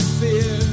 fear